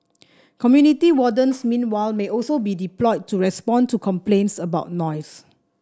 community wardens meanwhile may also be deployed to respond to complaints about noise